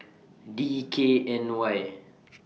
D K N Y